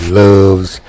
loves